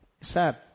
Sad